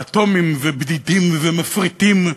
אטוֹמים ובדידים ומפריטים?